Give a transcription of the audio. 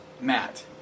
Matt